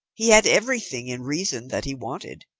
he had everything, in reason, that he wanted.